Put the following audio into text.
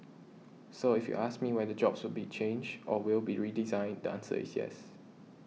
so if you ask me whether jobs will be changed or will be redesigned the answer is yes